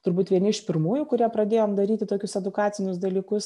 turbūt vieni iš pirmųjų kurie pradėjom daryti tokius edukacinius dalykus